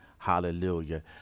Hallelujah